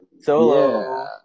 Solo